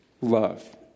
love